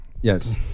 Yes